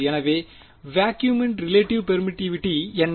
எனவேவேக்குயூமின் relative permittivity என்ன